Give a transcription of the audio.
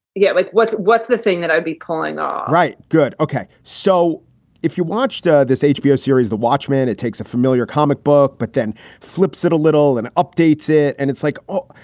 yeah. like what's what's the thing that i'd be calling all right, good. ok, so if you watched ah this hbo series, the watchmen, it takes a familiar comic book, but then flips it a little and updates it and it's like, ok.